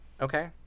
Okay